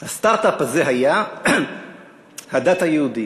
הסטרט-אפ הזה היה הדת היהודית.